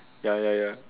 ya ya ya